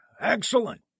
excellent